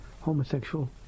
homosexual